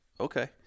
okay